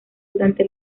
durante